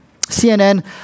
CNN